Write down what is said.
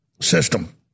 system